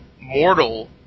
mortal